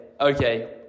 Okay